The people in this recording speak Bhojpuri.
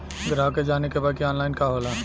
ग्राहक के जाने के बा की ऑनलाइन का होला?